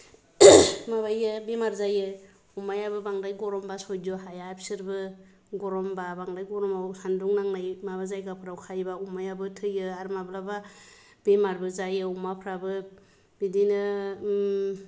माबायो बेमार जायो अमायाबो बांद्राय गरमब्ला सैज हाया बिसोरबो गरमब्ला बांद्राय गरमाव सान्दुं नांनाय माबा जायगाफोराव खायोब्ला अमायाबो थैयो आरो माब्लाबा बेमाारबो जायो अमाफोराबो बिदिनो